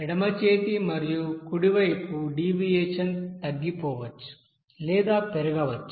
ఎడమ చేతి మరియు కుడి వైపు డీవియేషన్ తగ్గిపోవచ్చు లేదా పెరగవచ్చు